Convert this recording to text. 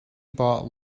bought